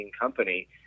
company